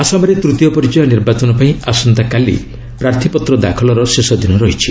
ଆସାମରେ ତୂତୀୟ ପର୍ଯ୍ୟାୟ ନିର୍ବାଚନ ପାଇଁ ଆସନ୍ତାକାଲି ପ୍ରାର୍ଥୀପତ୍ର ଦାଖଲର ଶେଷ ଦିନ ରହିଛି